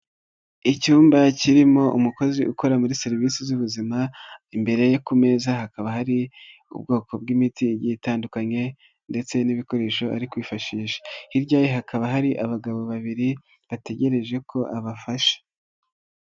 Icyumba kirimo umukozi ukora muri serivisi z'ubuzima, imbere ku meza hakaba hari ubwoko bw'imiti igiye itandukanye ndetse n'ibikoresho ari kwifashisha, hirya ye hakaba hari abagabo babiri bategereje ko abafasha.